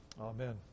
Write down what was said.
Amen